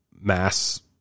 mass